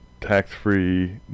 tax-free